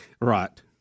Right